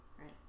right